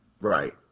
Right